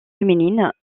féminine